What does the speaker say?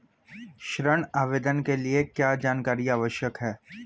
ऋण आवेदन के लिए क्या जानकारी आवश्यक है?